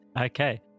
okay